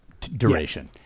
duration